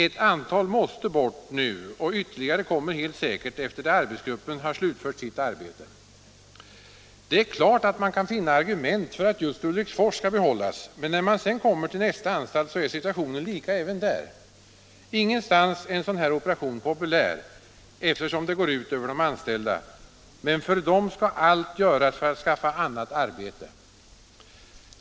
Eu antal måste bort nu och vtterligare ett antal kommer säkert att läggas ned då arbetsgruppen har slutfört sitt arbete. Det är klart att man kan finna argument för att just Ulriksfors skall behållas men när man sedan kommer till nästa anstalt så är situationen likadan där. Ingenstans är en sådan här operation populär eftersom de anställda drabbas. Men allt kommer att göras för att de skall få annat arbete.